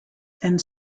and